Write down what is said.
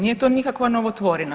Nije to nikakva novotvorina.